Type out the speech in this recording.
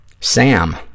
Sam